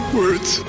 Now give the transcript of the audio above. words